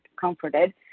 comforted